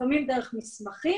לפעמים דרך מסמכים,